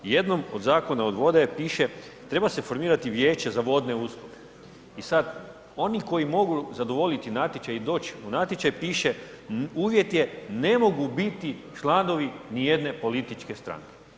U jednom od Zakona o vodama piše: „Treba se formirati Vijeće za vodne usluge“ i sada oni koji mogu zadovoljiti natječaj i doći u natječaj piše: „uvjet je ne mogu biti članovi ni jedne političke stranke.